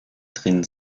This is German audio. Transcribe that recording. drin